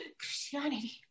Christianity